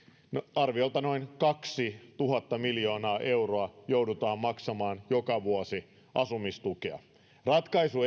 arviolta noin kaksituhatta miljoonaa euroa joudutaan maksamaan joka vuosi asumistukea ratkaisu